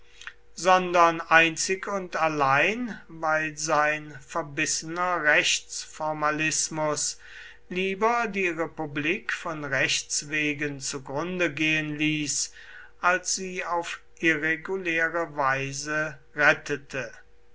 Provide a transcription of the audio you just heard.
sondern einzig und allein weil sein verbissener rechtsformalismus lieber die republik von rechts wegen zugrunde gehen ließ als sie auf irreguläre weise rettete